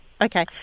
Okay